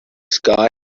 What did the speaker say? guy